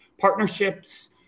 partnerships